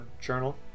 journal